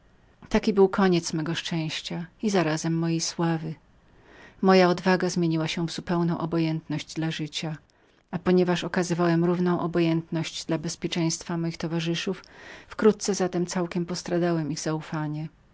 taki był koniec mego szczęścia i zarazem mojej sławy moja odwaga zmieniła się w zupełną obojętność dla życia a ponieważ okazywałem równą obojętność dla bezpieczeństwa moich towarzyszów wkrótce zatem całkiem postradałem ich zaufanie